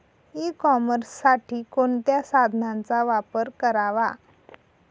E कॉमर्ससाठी कोणत्या साधनांचा वापर करावा?